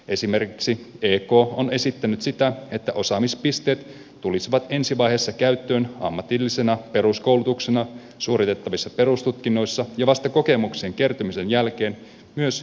esimerkiksi ek on esittänyt sitä että osaamispisteet tulisivat ensi vaiheessa käyttöön ammatillisena peruskoulutuksena suoritettavissa perustutkinnoissa ja vasta kokemuksen kertymisen jälkeen myös näyttötutkinnoissa